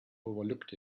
overlooked